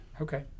Okay